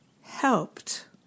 helped